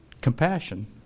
compassion